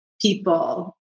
people